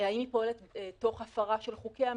האם היא פועלת תוך הפרה של חוקי המדינה.